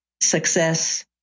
success